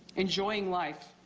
enjoying life,